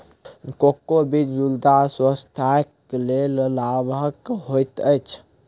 cocoa बीज गुर्दा स्वास्थ्यक लेल लाभकरक होइत अछि